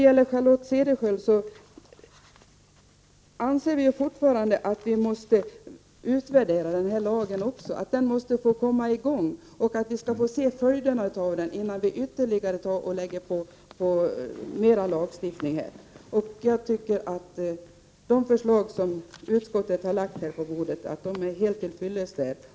| Till Charlotte Cederschiöld vill jag säga att vi fortfarande anser att vi måste utvärdera denna lag. Den måste få träda i kraft så att vi får se följderna av den innan vi stiftar ytterligare lagar. Jag tycker att utskottets förslag är helt till fyllest.